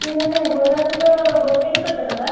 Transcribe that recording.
ସେ ମାନେ ଗୋଲାପ ଫୁଲ ଗୋଟେକୁ କେତେ ଟଙ୍କା